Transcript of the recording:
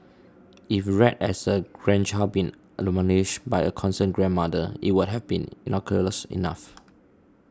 if read as a grandchild being admonished by a concerned grandmother it would have been innocuous enough